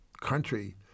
country